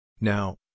Now